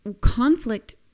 conflict